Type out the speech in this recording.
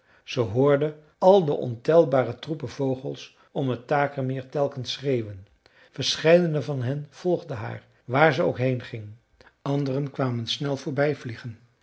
ze hoorde al de ontelbare troepen vogels om het takermeer telkens schreeuwen verscheidene van hen volgden haar waar ze ook heen ging andere kwamen snel